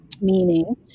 meaning